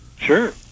Sure